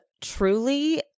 truly